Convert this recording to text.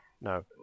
No